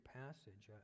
passage